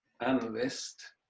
analyst